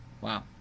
Wow